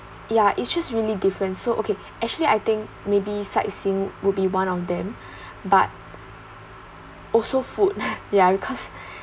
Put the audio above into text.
ya it's just really different so okay actually I think maybe sightseeing will be one of them but also food yeah because